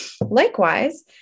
Likewise